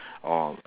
orh